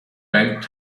bank